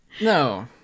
No